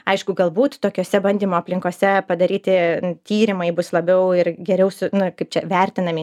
aišku galbūt tokiose bandymo aplinkose padaryti tyrimai bus labiau ir geriau su na kaip čia vertinami